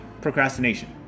procrastination